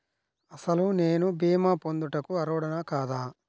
అసలు నేను భీమా పొందుటకు అర్హుడన కాదా?